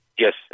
Yes